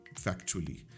factually